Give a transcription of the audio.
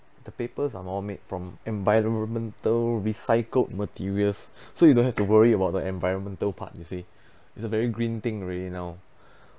the papers are all made from environmental recycled materials so you don't have to worry about the environmental part you see is a very green thing already now